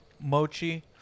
mochi